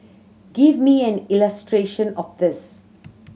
give me an illustration of this